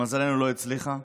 למזלנו לא הצליחה.